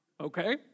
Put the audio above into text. Okay